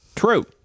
True